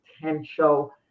potential